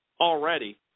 already